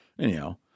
Anyhow